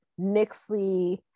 Nixley